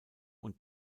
und